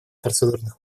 процедурных